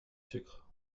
sucre